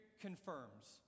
confirms